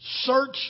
Search